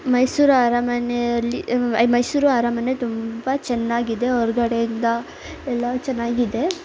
ಮೈಸೂರು ಅರಮನೆಯಲ್ಲಿ ಮೈಸೂರು ಅರಮನೆ ತುಂಬ ಚೆನ್ನಾಗಿದೆ ಹೊರ್ಗಡೆಯಿಂದ ಎಲ್ಲ ಚೆನ್ನಾಗಿದೆ